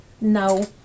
No